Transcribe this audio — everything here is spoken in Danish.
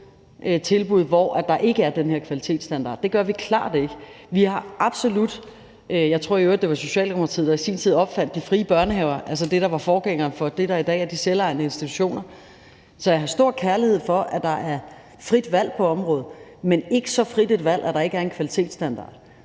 tilbud, hvor der ikke er den her kvalitetsstandard. Det gør vi klart ikke. Og jeg tror i øvrigt, det var Socialdemokratiet, der i sin tid opfandt de frie børnehaver, altså det, der var forgængeren for det, der i dag er de selvejende institutioner. Så jeg har stor forkærlighed for, at der er frit valg på området, men ikke så frit et valg, at der ikke er en kvalitetsstandard.